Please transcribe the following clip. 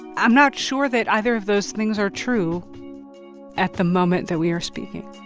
i'm not sure that either of those things are true at the moment that we are speaking